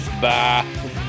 Bye